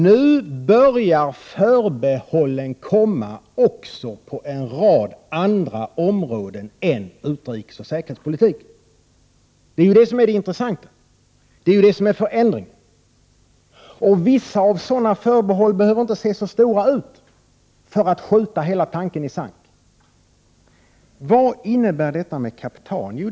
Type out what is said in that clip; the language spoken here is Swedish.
Nu börjar förbehållen komma även på en rad andra områden än utrikesoch säkerhetspolitik. Det är det som är det intressanta och som utgör förändringen. Vissa av förbehållen behöver inte se så stora ut, för att skjuta hela tanken i sank. Vad innebär frågan om kaptan?